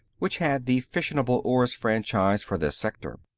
which had the fissionable ores franchise for this sector.